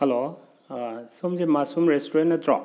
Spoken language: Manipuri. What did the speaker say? ꯍꯂꯣ ꯁꯣꯝꯁꯦ ꯃꯥꯁꯨꯝ ꯔꯦꯁꯇꯨꯔꯦꯟ ꯅꯠꯇ꯭ꯔꯣ